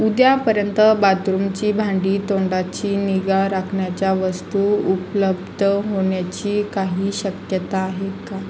उद्यापर्यंत बाथरूमची भांडी तोंडाची निगा राखण्याच्या वस्तू उपलब्ध होण्याची काही शक्यता आहे का